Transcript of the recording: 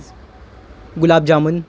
gulab jamun